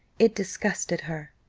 it disgusted her.